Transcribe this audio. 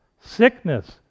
sickness